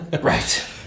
Right